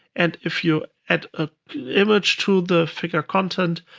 and if you add an image to the figure content,